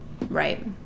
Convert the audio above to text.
right